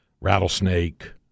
rattlesnake